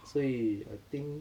所以 I think